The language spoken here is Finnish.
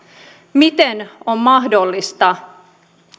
miten on mahdollista